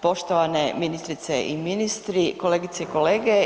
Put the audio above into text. Poštovane ministrice i ministri, kolegice i kolege.